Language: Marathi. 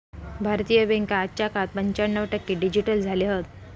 भारतीय बॅन्का आजच्या काळात पंच्याण्णव टक्के डिजिटल झाले हत